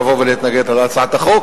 לבוא ולהתנגד להצעת החוק.